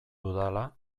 dudala